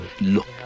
Look